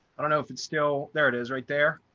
i don't know if it's still there it is right there.